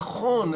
נכון,